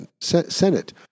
Senate